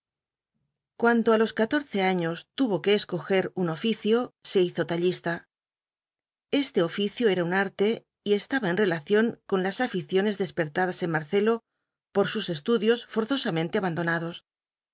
cuando á los catorce años tuvo que escoger un olicio se hizo tallista este oficio era un arte y estaba en relación con las aficiones despertadas en marcelo por sus estudios forzosamente abandonados